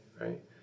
right